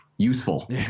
useful